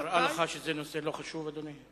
נראה לך שזה נושא לא חשוב, אדוני?